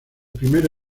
primero